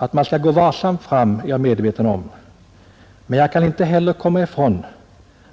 Att man skall gå varsamt fram är jag också medveten om, men jag kan inte komma ifrån